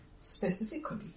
specifically